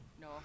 No